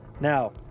now